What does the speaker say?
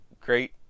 great